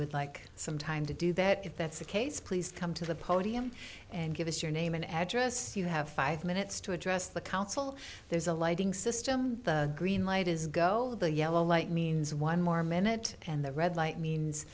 would like some time to do that if that's the case please come to the podium and give us your name and address you have five minutes to address the council there's a lighting system the green light is go the yellow light means one more minute and the red light means